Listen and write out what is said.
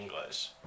English